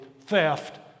theft